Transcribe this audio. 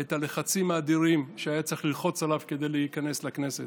את הלחצים האדירים שהיה צריך ללחוץ עליו כדי שייכנס לכנסת.